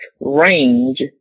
range